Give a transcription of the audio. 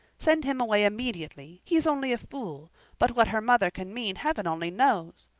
send him away immediately he is only a fool but what her mother can mean, heaven only knows!